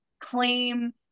claim